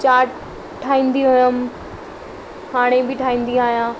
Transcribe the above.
chart ठाहींदी हुअमि हाणे बि ठाहींदी आहियां